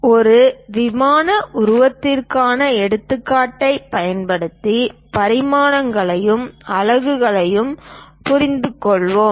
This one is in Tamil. ஒரு விமான உருவத்திற்கான எடுத்துக்காட்டைப் பயன்படுத்தி பரிமாணங்களையும் அலகுகளையும் புரிந்துகொள்வோம்